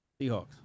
Seahawks